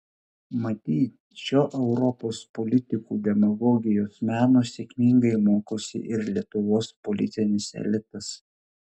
matyt šio europos politikų demagogijos meno sėkmingai mokosi ir lietuvos politinis elitas